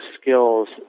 skills